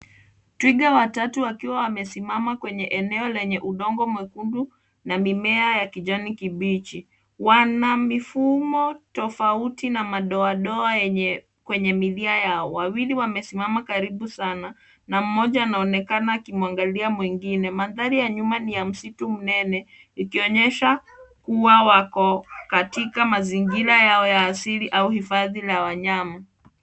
Twiga watatu wakiwa wamesimama kwenye eneo lenye udongo mwekundu na mimea ya kijani kibichi. Wana mifumo tofauti na madoadoa kwenye milia yao. Wawili wamesimama karibu sana na mmoja anaonekana akimwangalia mwingine. Mandhari ya nyuma ni ya msitu mnene ikionyesha kuwa wako katika mazingira yao ya asili au hifadhi la wanyama.